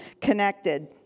connected